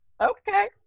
okay